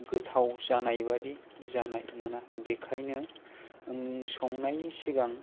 गोथाव जानाय बादि जानाय मोना बेखायनो संनायनि सिगां